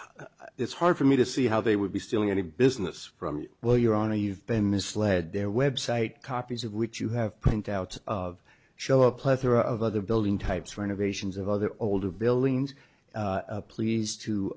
what it's hard for me to see how they would be stealing any business from you while you're on a you've been misled their website copies of which you have printout of show a plethora of other building types renovations of other older buildings please